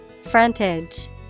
Frontage